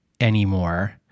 anymore